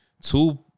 Two